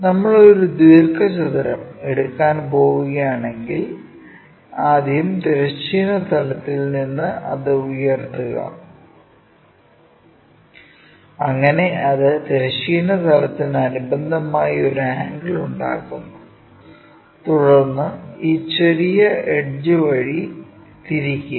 നമ്മൾ ഒരു ദീർഘചതുരം എടുക്കാൻ പോകുകയാണെങ്കിൽ ആദ്യം തിരശ്ചീന തലത്തിൽ നിന്ന് അത് ഉയർത്തുക അങ്ങനെ അത് തിരശ്ചീന തലത്തിന് അനുബന്ധമായി ഒരു ആംഗിൾ ഉണ്ടാക്കുന്നു തുടർന്ന് ഈ ചെറിയ എഡ്ജ് വഴി തിരിക്കുക